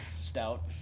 stout